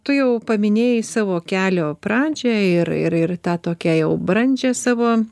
tu jau paminėjai savo kelio pradžią ir ir ir tą tokią jau brandžią savo